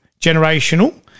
generational